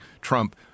Trump